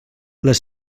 les